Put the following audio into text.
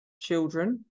children